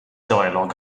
dialog